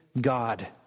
God